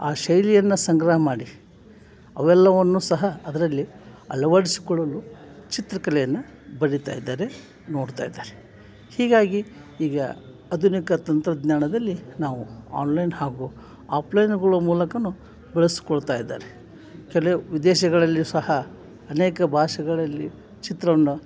ಆ ಶೈಲಿಯನ್ನು ಸಂಗ್ರಹ ಮಾಡಿ ಅವೆಲ್ಲವನ್ನೂ ಸಹ ಅದರಲ್ಲಿ ಆಳವಡ್ಸ್ಕೊಳ್ಳಲು ಚಿತ್ರಕಲೆಯನ್ನು ಬರಿತಾಯಿದ್ದಾರೆ ನೋಡ್ತಾಯಿದ್ದಾರೆ ಹೀಗಾಗಿ ಈಗ ಆಧುನಿಕ ತಂತ್ರಜ್ಞಾನದಲ್ಲಿ ನಾವು ಆನ್ಲೈನ್ ಹಾಗೂ ಆಫ್ಲೈನುಗಳ ಮೂಲಕವೂ ಬಳಸಿಕೊಳ್ತಾಯಿದ್ದಾರೆ ಕೆಲವು ವಿದೇಶಗಳಲ್ಯೂ ಸಹ ಅನೇಕ ಭಾಷೆಗಳಲ್ಲಿ ಚಿತ್ರವನ್ನು